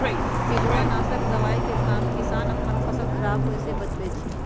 पिलुआ नाशक दवाइ के काम किसान अप्पन फसल ख़राप होय् से बचबै छइ